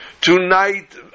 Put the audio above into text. Tonight